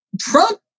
Trump